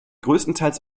größtenteils